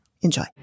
enjoy